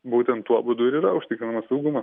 būtent tuo būdu ir yra užtikrinamas saugumas